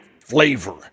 flavor